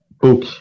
book